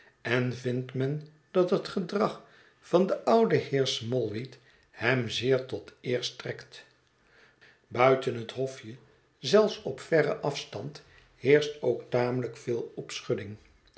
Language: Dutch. en vindt men dat het gedrag van den ouden heer smallweed hem zeer tot eer strekt buiten het hofje zelfs op verren afstand heerscht ook tamelijk veel